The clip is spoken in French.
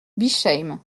bischheim